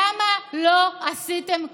למה לא עשיתם כלום?